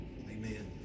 Amen